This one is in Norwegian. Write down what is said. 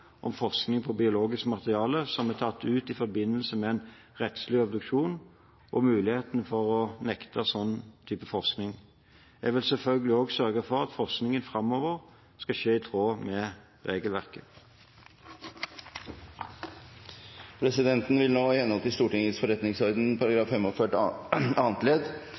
om forskning på biologisk materiale som er tatt ut i forbindelse med en rettslig obduksjon, og mulighet for å nekte slik forskning. Jeg vil selvfølgelig også sørge for at forskningen framover skjer i tråd med regelverket. Presidenten vil nå, i henhold til Stortingets forretningsorden § 45 annet ledd,